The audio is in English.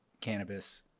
cannabis